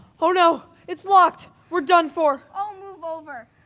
oh no, it's locked, we're done for. oh, move over.